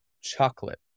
chocolate